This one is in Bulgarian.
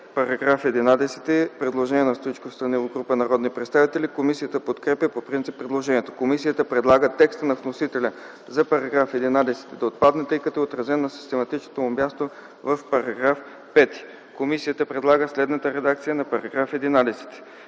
По § 11 има предложение на Стоичков, Станилов и група народни представители. Комисията подкрепя по принцип предложението. Комисията предлага текстът на вносителя за § 11 да отпадне, тъй като е отразен на систематичното му място в § 5. Комисията предлага следната редакция на § 11: „§ 11.